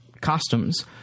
costumes